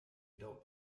adult